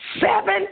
Seven